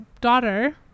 daughter